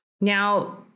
Now